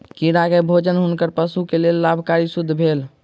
कीड़ा के भोजन हुनकर पशु के लेल लाभकारी सिद्ध भेल